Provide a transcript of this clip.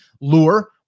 lure